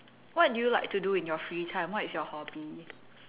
what do you like to do in your free time what is your hobby